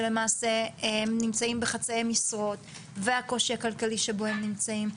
שלמעשה הם נמצאים בחצאי משרות והקושי הכלכלי שבו הם נמצאים,